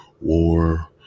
war